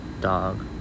dog